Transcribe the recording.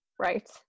Right